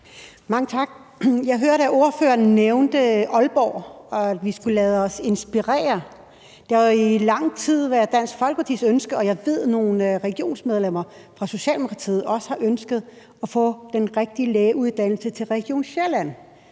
Mange tak. Jeg hørte, at ordføreren nævnte Aalborg, og at vi skulle lade os inspirere. Det har jo i lang tid været Dansk Folkepartis ønske – og jeg ved, at også nogle regionsrådsmedlemmer fra Socialdemokratiet har det ønske – at få den rigtige lægeuddannelse til Region Sjælland,